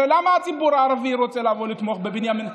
הרי למה הציבור הערבי רוצה לבוא לתמוך בבנימין,